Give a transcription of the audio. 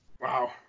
Wow